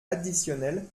additionnel